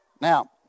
Now